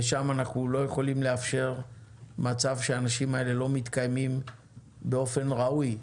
ושם אנחנו לא יכולים לאפשר מצב שהאנשים האלה לא מתקיימים באופן ראוי.